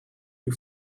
you